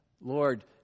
Lord